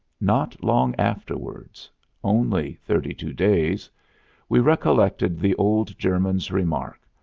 not long afterward only thirty-two days we recollected the old german's remark,